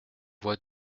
voix